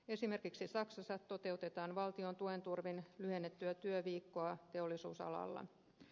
esimerkiksi saksassa toteutetaan valtion tuen turvin lyhennettyä työviikkoa teollisuusalalla